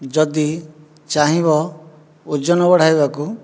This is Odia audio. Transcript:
ଯଦି ଚାହିଁବ ଓଜନ ବଢ଼ାଇବାକୁ